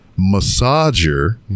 massager